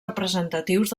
representatius